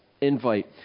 Invite